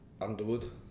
Underwood